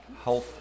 health